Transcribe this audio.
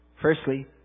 Firstly